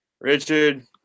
Richard